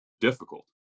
difficult